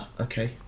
Okay